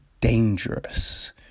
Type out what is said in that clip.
dangerous